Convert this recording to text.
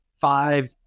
five